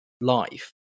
life